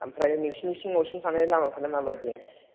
ओमफ्राय नोंसिनिमिस न'सिन थांनाय लामाफ्रालाय माबायदि